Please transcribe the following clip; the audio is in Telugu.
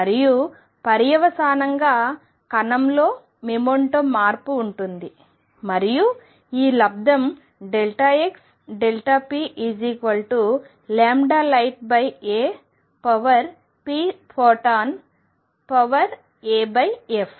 మరియు పర్యవసానంగా కణంలో మొమెంటం మార్పు ఉంటుంది మరియు ఈ లబ్దము xplighta pphotonaf